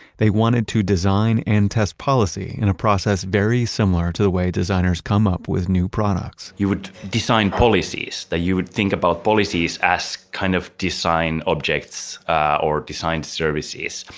they wanted to design and test policy in a process very similar to the way designers come up with new products. you would design policies, that you would think about policies as kind of design objects or design services.